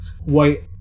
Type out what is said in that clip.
white